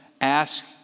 ask